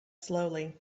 slowly